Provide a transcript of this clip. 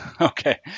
Okay